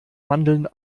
mandeln